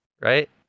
Right